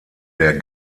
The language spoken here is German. der